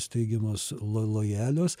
steigiamos lo lojalios